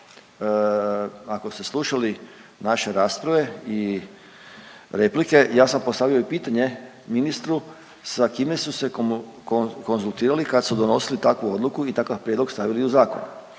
ako ste slušali naše rasprave i replike ja sam postavio i pitanje ministru sa kime su se konzultirali kad su donosili takvu odluku i takav prijedlog stavili u zakon,